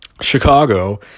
Chicago